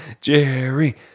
Jerry